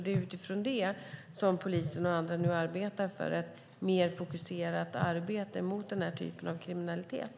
Det är utifrån detta som polisen och andra nu jobbar för ett mer fokuserat arbete mot denna typ av kriminalitet.